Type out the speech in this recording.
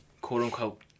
quote-unquote